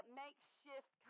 makeshift